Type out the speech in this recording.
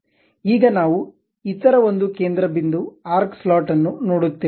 ಈಗ ನಾವು ಇತರ ಒಂದು ಕೇಂದ್ರ ಬಿಂದು ಆರ್ಕ್ ಸ್ಲಾಟ್ ಅನ್ನು ನೋಡುತ್ತೇವೆ